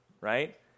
right